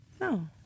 No